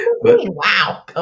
Wow